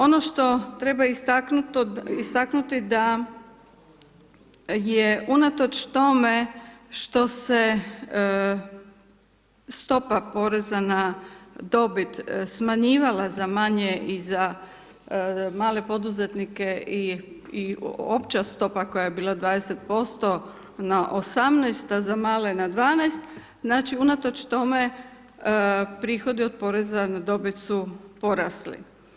Ono što treba istaknuti, da je unatoč tome, što se stopa poreza na dobit smanjivala za manje i za male poduzetnike i opća stopa koja je bila 20% na 18 a za male na 12, znači unatoč tome, prihodi od poreza na dobit su porasli.